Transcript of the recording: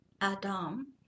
Adam